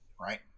Right